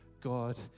God